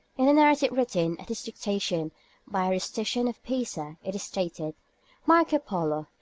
in the narrative written at his dictation by rusticien of pisa it is stated marco-polo,